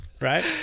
right